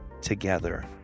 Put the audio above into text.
together